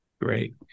Great